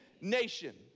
nation